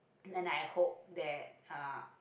then I hope that uh